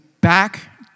back